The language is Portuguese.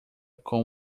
com